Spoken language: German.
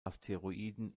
asteroiden